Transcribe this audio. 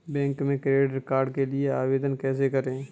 Bank में credit card के लिए आवेदन कैसे करें?